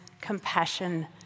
compassion